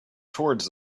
towards